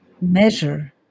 measure